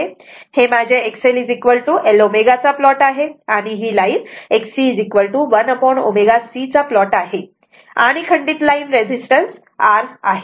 हे माझे XLL ω चा प्लॉट आहे आणि ही लाईन XC1ω C चा प्लॉट आहे आणि खंडित लाईन रेजिस्टन्स R आहे